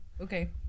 Okay